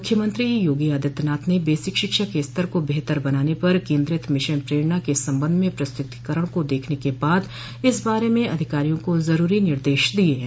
मुख्यमंत्री योगी आदित्यनाथ ने बेसिक शिक्षा के स्तर को बेहतर बनाने पर केन्द्रित मिशन प्रेरणा के सम्बन्ध में प्रस्तुतिकरण को देखने के बाद इस बारे में अधिकारियों को ज़रूरी निर्देश दिये हैं